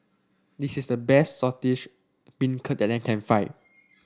this is the best Saltish Beancurd that I can find